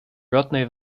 rodney